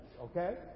okay